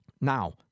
now